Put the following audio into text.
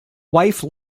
wife